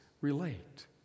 relate